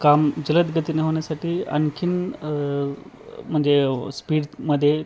काम जलदगतीनं होण्यासाठी आणखीन म्हणजे स्पीड मध्ये